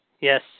Yes